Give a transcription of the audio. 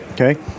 Okay